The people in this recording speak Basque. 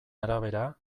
arabera